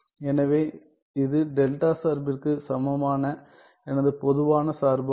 எனவே இது டெல்டா சார்பிற்கு சமமான எனது பொதுவான சார்பு ஆகும்